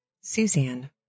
Suzanne